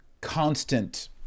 constant